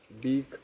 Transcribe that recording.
big